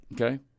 Okay